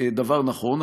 דבר נכון.